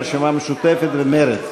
הרשימה המשותפת ומרצ.